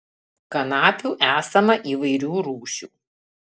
kanapių esama įvairių rūšių